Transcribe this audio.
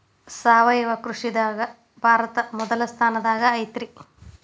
ಸಾವಯವ ಕೃಷಿದಾಗ ಭಾರತ ಮೊದಲ ಸ್ಥಾನದಾಗ ಐತ್ರಿ